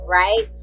right